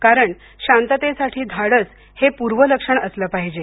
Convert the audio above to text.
कारण शांततेसाठी धाडस हे पूर्वलक्षण असलं पाहिजे